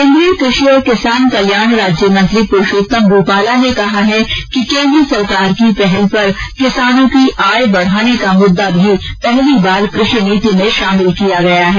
केंद्रीय कृषि और किसान कल्याण राज्य मंत्री पुरषोत्तम रूपाला ने कहा है कि केंद्र सरकार की पहल पर किसानों की आय बढाने का मुद्दा भी पहली बार कृषि नीति में शामिल किया गया है